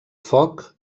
foc